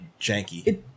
janky